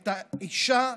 האישה,